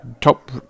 top